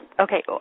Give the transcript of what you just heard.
Okay